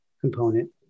component